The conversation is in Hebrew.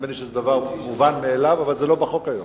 נדמה לי שזה דבר מובן מאליו, אבל זה לא בחוק היום.